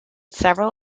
several